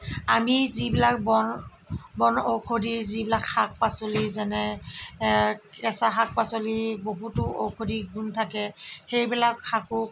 আমি যিবিলাক বন বন ঔষধি যিবিলাক শাক পাচলি যেনে কেঁচা শাক পাচলি বহুতো ঔষধি গুণ থাকে সেইবিলাক শাকো